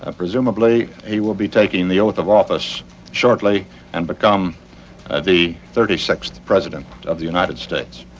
ah presumably, he will be taking the oath of office shortly and become the thirty sixth president of the united states.